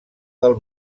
del